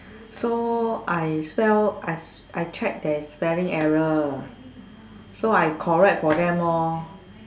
so I spell I I check there's spelling error so I correct for them lor